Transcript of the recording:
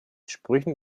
sprüchen